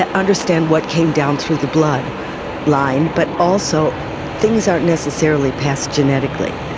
ah understand what came down through the blood line, but also things aren't necessarily passed genetically.